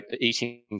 eating